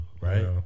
right